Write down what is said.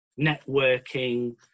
networking